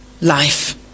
life